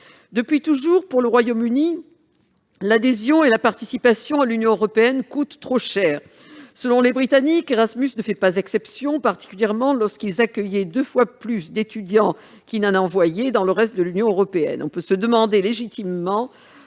Depuis toujours, pour le Royaume-Uni, l'adhésion et la participation à l'Union européenne coûtent trop cher. Selon les Britanniques, Erasmus ne fait pas exception, particulièrement parce qu'ils accueillaient deux fois plus d'étudiants qu'ils n'en envoyaient dans le reste de l'Union européenne. On peut s'interroger légitimement